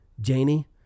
Janie